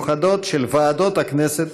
כפי שכבר אמרו חברי הכנסת,